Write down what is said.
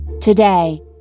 Today